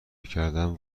کردیم